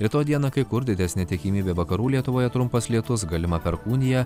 rytoj dieną kai kur didesnė tikimybė vakarų lietuvoje trumpas lietus galima perkūnija